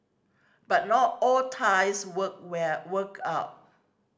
but not all ties work where work out